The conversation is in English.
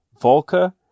Volker